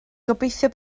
gobeithio